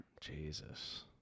Jesus